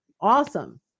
Awesome